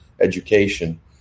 education